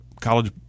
college